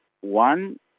One